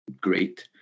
great